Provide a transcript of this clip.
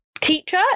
teacher